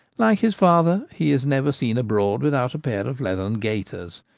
like his father, he is never seen abroad without a pair of leathern gaiters,